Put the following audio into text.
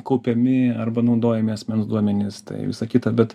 kaupiami arba naudojami asmens duomenys tai visa kita bet